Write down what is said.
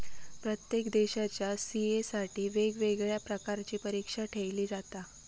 प्रत्येक देशाच्या सी.ए साठी वेगवेगळ्या प्रकारची परीक्षा ठेयली जाता